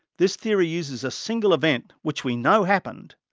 this theory uses a single event, which we know happened,